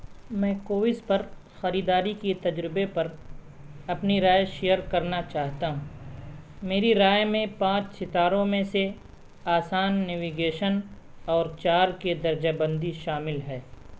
میں کووس پر خریداری کے تجربے پر اپنی رائے شیئر کرنا چاہتا ہوں میری رائے میں پانچ ستاروں میں سے آسان نیویگیشن اور چار کی درجہ بندی شامل ہے